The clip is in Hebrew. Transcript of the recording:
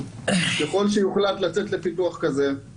ככל שיוחלט לצאת לפיתוח כזה זה אפשרי.